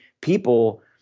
people